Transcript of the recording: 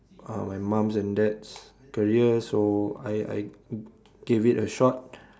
uh my mum's and dad's career so I I gave it a shot